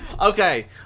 okay